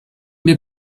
mir